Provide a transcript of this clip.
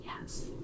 Yes